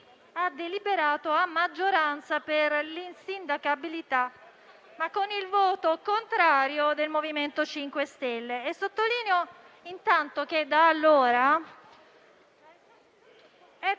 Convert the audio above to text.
ha deliberato a maggioranza per l'insindacabilità, ma con il voto contrario del MoVimento 5 Stelle. Sottolineo che da allora è trascorso